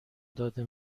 داده